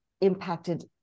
impacted